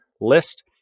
list